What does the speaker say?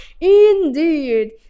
indeed